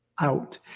out